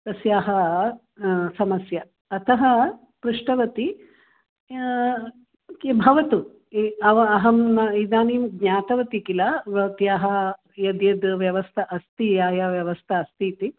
तस्याः समस्या अतः पृष्टवती भवतु अव अहं न इदानीं ज्ञातवती किल भवत्याः यद्यद् व्यवस्था अस्ति या या व्यवस्था अस्ति इति